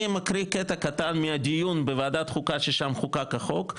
אני מקריא קטע קטן מהדיון בוועדת חוקה ששם חוקק החוק,